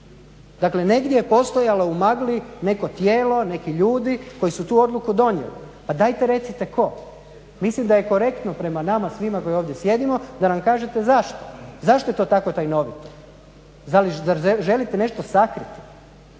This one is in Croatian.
Dakle negdje je postojalo u magli neko tijelo neki ljudi koji su tu odluku donijeli. Pa dajte recite tko? Mislim da je korektno prema nama svima koji ovdje sjedimo da nam kažete zašto. Zašto je to tako tajnovito? Zar želite nešto sakriti?